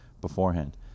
beforehand